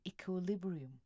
equilibrium